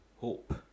hope